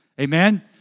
Amen